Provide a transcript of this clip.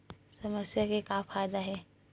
समस्या के का फ़ायदा हे?